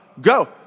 Go